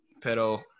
pero